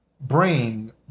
bring